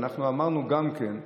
אמרנו גם כן,